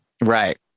Right